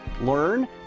learn